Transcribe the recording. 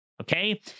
Okay